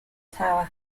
tower